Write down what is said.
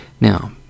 Now